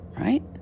right